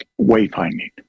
wayfinding